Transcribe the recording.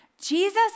Jesus